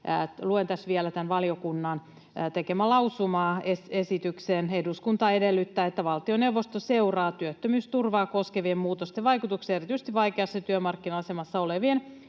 Luen tässä vielä tämän valiokunnan tekemän lausumaesityksen: ”Eduskunta edellyttää, että valtioneuvosto seuraa työttömyysturvaa koskevien muutosten vaikutuksia erityisesti vaikeassa työmarkkina-asemassa olevien,